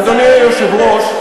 אדוני היושב-ראש,